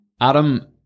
Adam